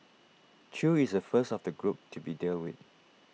chew is the first of the group to be dealt with